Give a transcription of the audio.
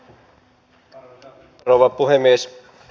arvoisa rouva puhemies